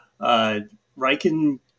Riken